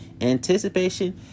anticipation